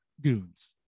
goons